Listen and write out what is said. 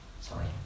Sorry